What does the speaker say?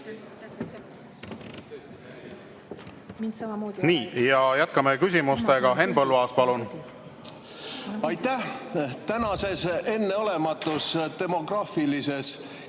Nii, ja jätkame küsimustega. Henn Põlluaas, palun! Aitäh! Tänases enneolematus demograafilises